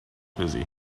busy